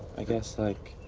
i guess, like.